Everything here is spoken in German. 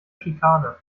schikane